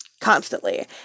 Constantly